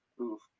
Oof